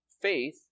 faith